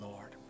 Lord